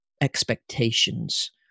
expectations